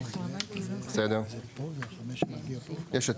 יש את